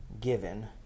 given